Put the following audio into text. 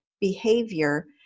behavior